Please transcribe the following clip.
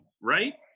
right